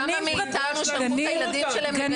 כמה מאיתנו שלחו את הילדים שלהם לגנים